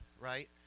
right